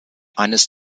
eines